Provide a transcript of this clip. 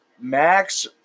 Max